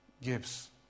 gives